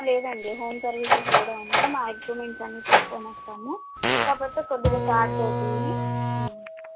లేదండీ home services కూడా ఉన్నాయి మా ఎక్విప్మెంట్స్ అన్నీ తీసుకుని వస్తాము కాకపోతే కొద్దిగా ఛార్జ్ అవుతుంది